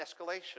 escalation